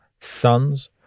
sons